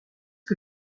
que